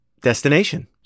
destination